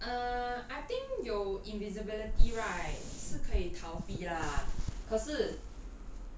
err I think 有 invisibility right 是可以逃避 lah 可是